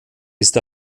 ist